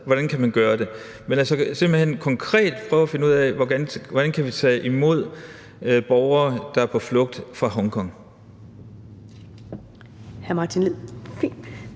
Hvordan kan man gøre det – altså simpelt hen konkret prøve at finde ud af, hvordan kan vi tage imod borgere, der er på flugt fra Hongkong?